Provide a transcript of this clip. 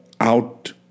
out